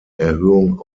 erhöhung